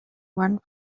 one